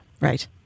Right